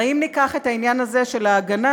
הרי אם ניקח את העניין הזה של ההגנה,